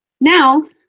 now